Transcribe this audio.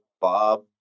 Bob